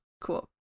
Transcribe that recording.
cool